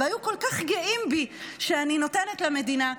והיו כל כך גאים בי שאני נותנת למדינה.